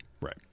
Right